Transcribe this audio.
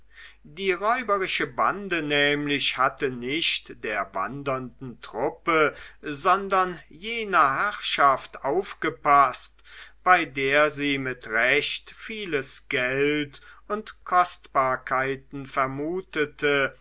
die räuberische bande nämlich hatte nicht der wandernden truppe sondern jener herrschaft aufgepaßt bei der sie mit recht vieles geld und kostbarkeiten vermutete